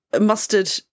mustard